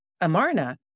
Amarna